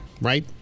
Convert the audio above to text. Right